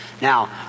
Now